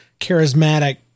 charismatic